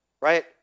right